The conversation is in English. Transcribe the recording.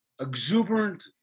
exuberant